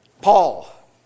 Paul